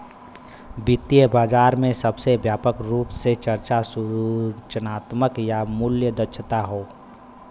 वित्तीय बाजार में सबसे व्यापक रूप से चर्चा सूचनात्मक या मूल्य दक्षता हौ